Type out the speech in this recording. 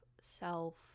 self